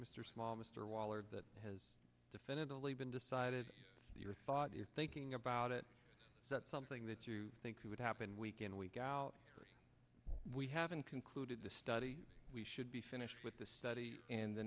mr small mr waller that has definitively been decided your thought you're thinking about it that something that you think would happen week in week out we haven't concluded the study we should be finished with the study and the